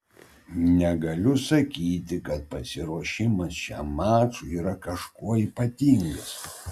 negaliu sakyti kad pasiruošimas šiam mačui yra kažkuo ypatingas